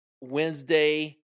Wednesday